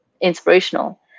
inspirational